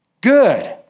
Good